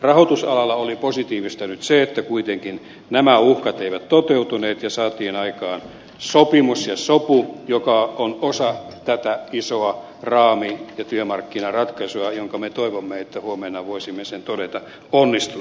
rahoitusalalla oli positiivista nyt se että kuitenkaan nämä uhkat eivät toteutuneet ja saatiin aikaan sopimus ja sopu joka on osa tätä isoa raami ja työmarkkinaratkaisua josta me toivomme että huomenna voisimme sen todeta onnistuneeksi